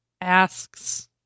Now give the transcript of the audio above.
asks